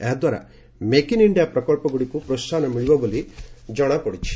ଏହା ଦ୍ୱାରା make in India ପ୍ରକଳ୍ପଗୁଡ଼ିକୁ ପ୍ରୋସାହନ ମିଳିବ ବୋଲି ଜଣାପଡ଼ି ଛି